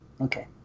Okay